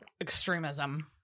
extremism